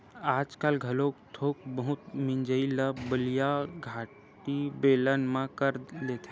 आजकाल घलोक थोक बहुत मिजई ल बइला गाड़ी, बेलन म कर लेथे